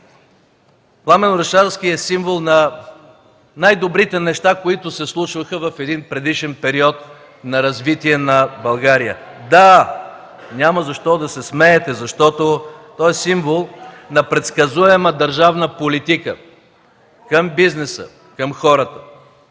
Пламен Орешарски е символ на най-добрите неща, които се случваха в един предишен период на развитие на България. (Смях, реплики и възгласи от ГЕРБ.) Да! Няма защо да се смеете, защото той е символ на предсказуема държавна политика към бизнеса, към хората,